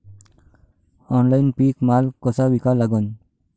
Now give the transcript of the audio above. Online पीक माल कसा विका लागन?